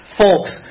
folks